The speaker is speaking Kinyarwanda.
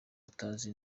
atazi